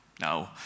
No